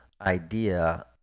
idea